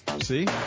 See